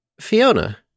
Fiona